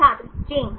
छात्र चेन